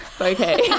okay